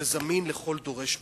זה זמין לכל דורש באינטרנט.